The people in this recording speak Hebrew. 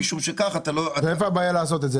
ואיפה הבעיה בזה?